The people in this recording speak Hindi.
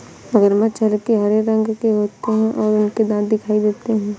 मगरमच्छ हल्के हरे रंग के होते हैं और उनके दांत दिखाई देते हैं